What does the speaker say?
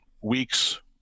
weeks